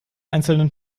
einzelnen